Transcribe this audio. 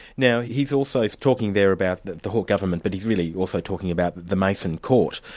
now he's also talking there about the the hawke government, but he's really also talking about the mason court,